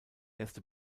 erste